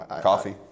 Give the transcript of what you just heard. Coffee